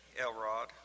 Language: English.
Elrod